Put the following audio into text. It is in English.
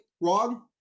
wrong